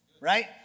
right